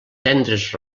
tendres